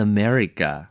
America